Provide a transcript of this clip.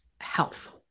health